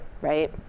right